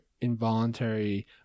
involuntary